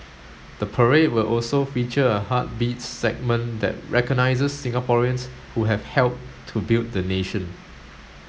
the parade will also feature a heartbeats segment that recognises Singaporeans who have helped to build the nation